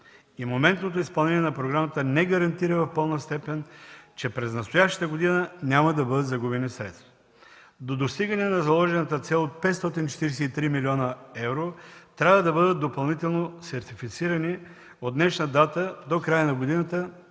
и моментното изпълнение на програмата не гарантира в пълна степен, че през настоящата година няма да бъдат загубени средства. До достигане на заложената цел от 543 млн. евро трябва да бъдат допълнително сертифицирани от днешна дата до края на годината